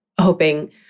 hoping